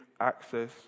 access